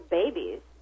babies